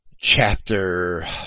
chapter